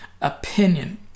opinion